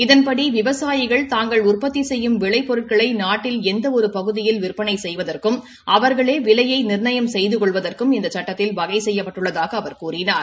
இதன்படி விவசாயிகள் தாங்கள் உற்பத்தி செய்யும் விளைபொருட்களை நாட்டில் எந்த ஒரு பகுதியில் விற்பனை செய்வதற்கும் விலையை அவர்களே நிர்ணயம் செய்து கொள்வதற்கும் இந்த சுட்டத்தில் வகை செய்யப்பட்டுள்ளதாக அவர் கூறினார்